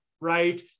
right